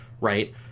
right